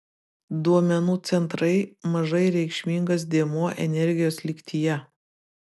duomenų centrai mažai reikšmingas dėmuo energijos lygtyje